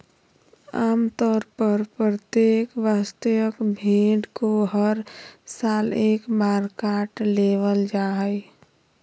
आम तौर पर प्रत्येक वयस्क भेड़ को हर साल एक बार काट लेबल जा हइ